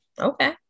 Okay